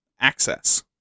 Access